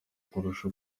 kurusha